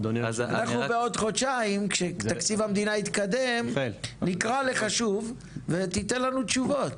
בעוד חודשיים כשתקציב המדינה יתקדם נקרא לך שוב ותיתן לנו תשובות.